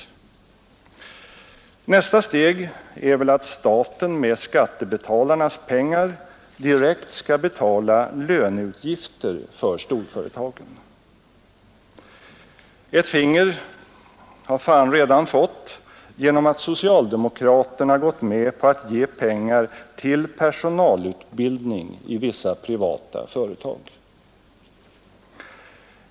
Nästa steg är väl att staten med skattebetalarnas pengar direkt skall betala löneutgifter för storföretagen. Ett finger har fan redan fått genom att socialdemokraterna gått med på att ge pengar till personalutbildning i vissa privata företag.